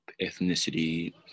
ethnicity